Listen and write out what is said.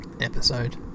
episode